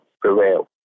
prevail